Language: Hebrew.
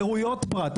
חרויות פרט,